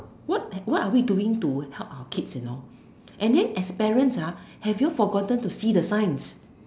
what what are we doing to help our kids you know and then as parents have you all forgotten to see the signs